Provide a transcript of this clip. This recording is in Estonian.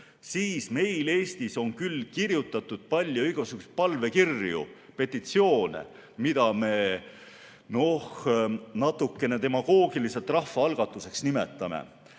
siis meil Eestis on küll kirjutatud palju igasuguseid palvekirju, petitsioone, mida me natukene demagoogiliselt rahvaalgatuseks nimetame,